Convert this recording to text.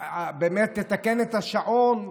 באמת, תתקן את השעון.